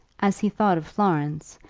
as he thought of florence,